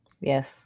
Yes